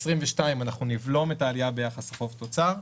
ב-2022 אנחנו נבלום את העלייה ביחס החוב-תוצר,